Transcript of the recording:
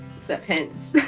sweatpant.